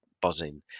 buzzing